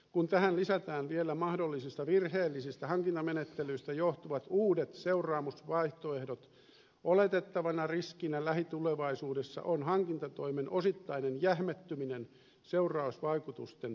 kun tähän lisätään vielä mahdollisista virheellisistä hankintamenettelyistä johtuvat uudet seuraamusvaihtoehdot oletettavana riskinä lähitulevaisuudessa on hankintatoimen osittainen jähmettyminen seurausvaikutusten pelossa